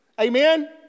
Amen